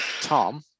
Tom